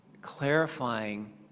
clarifying